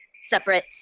separate